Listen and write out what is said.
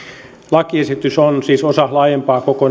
lakiesitys on siis osa laajempaa kokonaisuutta tehdä osaltaan